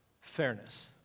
fairness